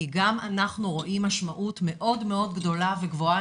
כי גם אנחנו רואים משמעות מאוד מאוד גדולה וגבוהה